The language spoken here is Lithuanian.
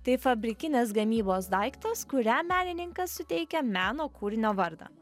tai fabrikinės gamybos daiktas kuriam menininkas suteikia meno kūrinio vardą